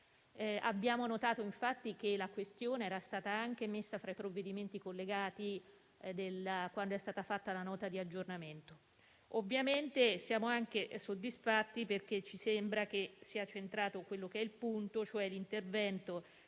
Abbiamo notato infatti che la questione era stata anche inserita fra i provvedimenti collegati quando è stata fatta la Nota di aggiornamento al DEF. Siamo soddisfatti anche perché ci sembra che sia centrato il punto, cioè l'intervento